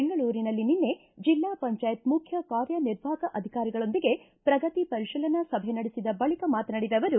ಬೆಂಗಳೂರಿನಲ್ಲಿ ನಿನ್ನೆ ಜಿಲ್ಲಾ ಪಂಚಾಯತ್ ಮುಖ್ಯ ಕಾರ್ಯ ನಿರ್ವಾಹಕ ಅಧಿಕಾರಿಗಳೊಂದಿಗೆ ಪ್ರಗತಿ ಪರಿಶೀಲನಾ ಸಭೆ ನಡೆಸಿದ ಬಳಿಕ ಮಾತನಾಡಿದ ಅವರು